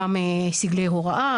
גם סגלי הוראה,